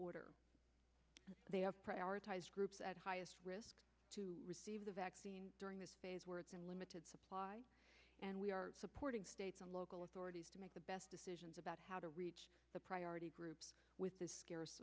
order they have prioritized groups at highest risk to receive the vaccine during this phase where the limited supply and we are supporting states and local authorities to make the best decisions about how to reach the priority groups with this